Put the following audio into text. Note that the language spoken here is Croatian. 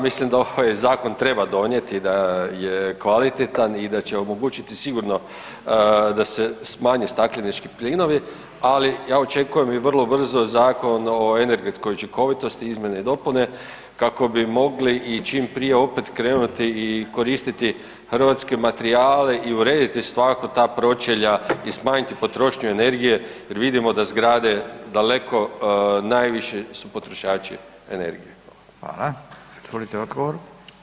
Mislim da ovaj zakon treba donijeti i da je kvalitetan i da će omogućiti sigurno da se smanje staklenički plinovi, ali ja očekujem i vrlo brzo Zakon o energetskoj učinkovitosti, izmjene i dopune kako bi mogli i čim prije opet krenuti i koristiti hrvatske materijale i urediti svakako ta pročelja i smanjiti potrošnju energije jer vidimo da zgrade daleko najviši su potrošači energije.